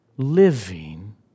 Living